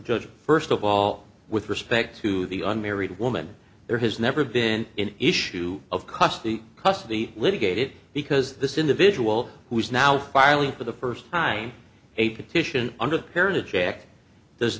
judge first of all with respect to the unmarried woman there has never been in issue of custody custody litigated because this individual who is now filing for the first time a petition